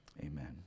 amen